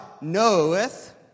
knoweth